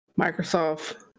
Microsoft